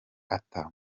arthur